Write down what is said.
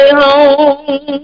home